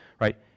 Right